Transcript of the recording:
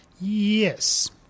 Yes